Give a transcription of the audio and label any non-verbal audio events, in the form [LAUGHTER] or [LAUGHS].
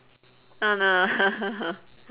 oh no [LAUGHS]